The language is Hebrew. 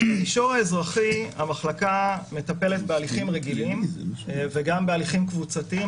במישור האזרחי המחלקה מטפלת בהליכים רגילים וגם בהליכים קבוצתיים,